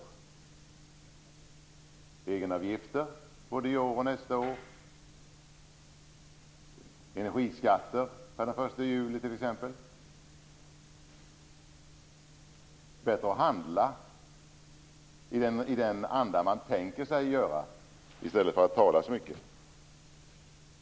Det handlar ju t.ex. om egenavgifter både i år och nästa år och om energiskatter per den 1 juli. Det gäller att handla i den anda som man tänkt sig i stället för att prata så mycket!